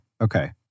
okay